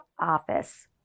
Office